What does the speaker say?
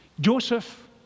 Joseph